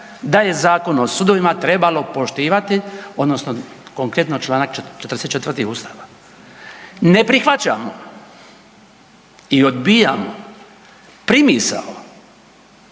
da je Zakon o sudovima trebalo poštivati odnosno konkretno čl. 44. Ustava. Ne prihvaćam i odbijam primisao,